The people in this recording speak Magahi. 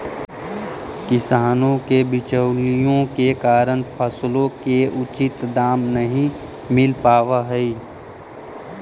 किसानों को बिचौलियों के कारण फसलों के उचित दाम नहीं मिल पावअ हई